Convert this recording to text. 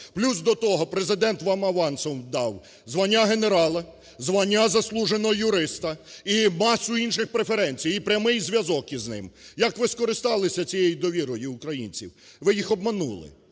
Плюс до того, Президент вам авансом дав: звання генерала, звання заслуженого юриста і масу інших преференцій і прямий зв'язок із ним. Як ви скористалися цією довірою українців? Ви їх обманули,